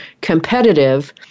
competitive